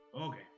Okay